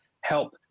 help